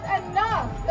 enough